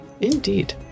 Indeed